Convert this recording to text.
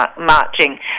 marching